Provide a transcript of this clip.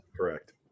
Correct